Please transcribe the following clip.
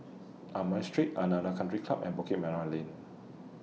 Amoy Street Aranda Country Club and Bukit Merah Lane